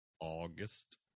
august